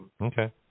Okay